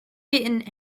been